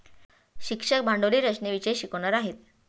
शिक्षक भांडवली रचनेविषयी शिकवणार आहेत